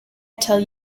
tell